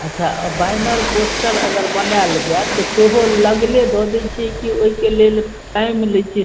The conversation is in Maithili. अच्छा आओर बैनर पोस्टर अगर बनाएल जाए तऽ सेहो लगले दऽ दै छिए कि ओहिके लेल टाइम लै छिए